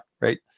right